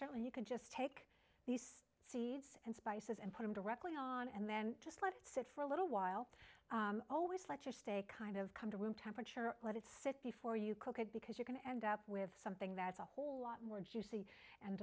certainly you can just take these seeds and spices and put them directly on and then just let it sit for a little while always let your steak kind of come to room temperature or let it sit before you cook it because you're going to end up with something that's a whole lot more juicy and